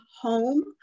home